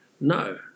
No